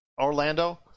Orlando